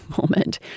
moment